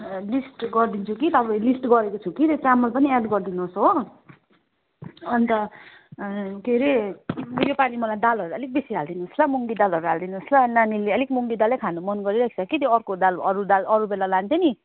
list गरिदिन्छु कि तपाईँ लिस्ट गरेको छु कि त्यो चामल पनि एड गरिदिनुहोस् हो अन्त सामान के हरे यो पाली मलाई दालहरू अलिक बेसी हालिदिनुहोस् ल मुङ्गी दालहरू हालिदिनुहोस् ल नानीले अलिक मुङ्गी दाल नै खानु मन गरिरहेको छ कि त्यो अर्को अरू दाल अरू बेला लान्थेँ नि